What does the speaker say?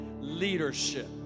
leadership